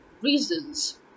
reasons